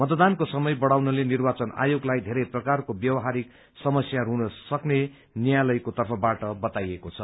मतदानको समय बढ़ाउनाले निर्वाचन आयोगलाई धेरै प्रकारको व्यावहारिक समस्याहरू हुन सक्ने न्यायालयको तर्फबाट बताइएको छ